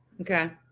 Okay